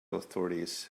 authorities